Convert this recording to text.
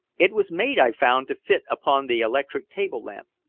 it was made, i found, to fit upon the electric table-lamp.